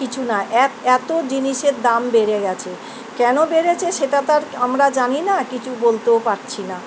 কিছু না এত এত জিনিসের দাম বেড়ে গেছে কেন বেড়েছে সেটা তো আর আমরা জানি না কিছু বলতেও পারছি না